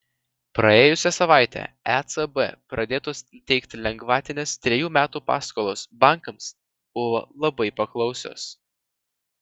praėjusią savaitę ecb pradėtos teikti lengvatinės trejų metų paskolos bankams buvo labai paklausios